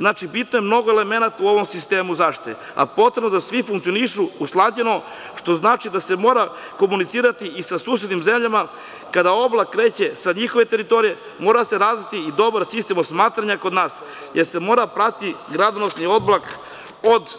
Znači, bitno je mnogo elemenata u ovom sistemu zaštite, pa je potrebno da svi funkcionišu usklađeno, što znači da se mora komunicirati i sa susednim zemljama kada oblak kreće sa njihove teritorije, mora se razviti i dobar sistem osmatranja, jer se mora pratiti gradonosni oblak od